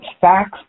facts